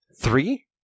three